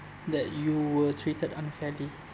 that you were treated unfairly